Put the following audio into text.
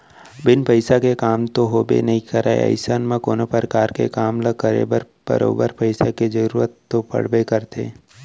बिन पइसा के काम तो होबे नइ करय अइसन म कोनो परकार के काम ल करे बर बरोबर पइसा के जरुरत तो पड़बे करथे